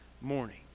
morning